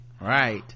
right